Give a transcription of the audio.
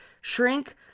shrink